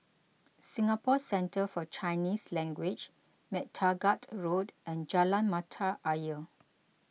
Singapore Centre for Chinese Language MacTaggart Road and Jalan Mata Ayer